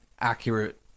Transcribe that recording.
accurate